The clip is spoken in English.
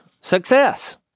success